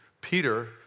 Peter